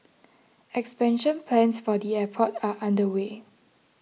expansion plans for the airport are underway